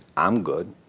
i'm good.